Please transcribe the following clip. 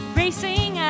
racing